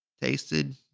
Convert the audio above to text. tasted